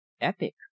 epic